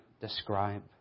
describe